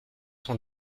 son